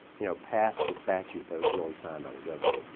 you know, passed the statute that was really signed by the governor.